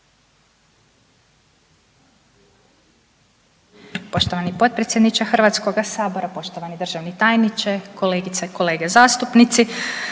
Poštovani potpredsjedniče HS-a, poštovani državni tajniče, kolegice i kolege zastupnici.